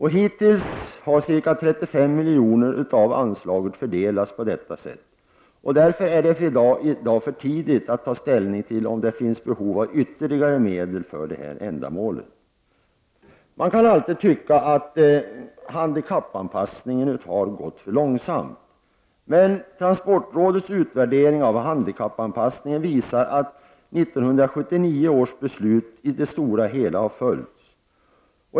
Hittills har ca 35 miljoner av anslaget fördelats, och det är därför i dag för tidigt att ta ställning till om det finns behov av ytterligare medel för ändamålet. Man kan alltid tycka att handikappanpassningen har gått för långsamt, men transportrådets utvärdering av handikappanpassningen visar att 1979 års beslut i det stora hela har följts.